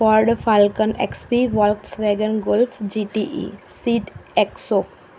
Ford Falcon XP Volkswagen Golf GTE સીડએક્સો